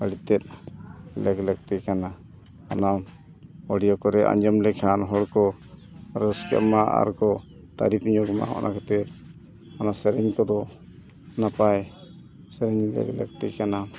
ᱟᱹᱰᱤᱛᱮᱫ ᱞᱮᱠ ᱞᱟᱹᱠᱛᱤ ᱠᱟᱱᱟ ᱚᱱᱟ ᱠᱚᱨᱮ ᱟᱸᱡᱚᱢ ᱞᱮᱠᱷᱟᱱ ᱦᱚᱲ ᱠᱚ ᱨᱟᱹᱥᱠᱟᱹᱜ ᱢᱟ ᱟᱨ ᱠᱚ ᱛᱟᱹᱨᱤᱯᱷ ᱧᱚᱜᱽ ᱢᱟ ᱚᱱᱟ ᱠᱷᱟᱹᱛᱤᱨ ᱚᱱᱟ ᱥᱮᱨᱮᱧ ᱠᱚᱫᱚ ᱱᱟᱯᱟᱭ ᱥᱮᱨᱮᱧ ᱞᱮᱜᱽ ᱞᱟᱹᱠᱛᱤ ᱠᱟᱱᱟ